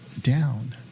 down